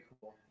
cool